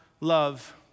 love